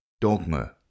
dogma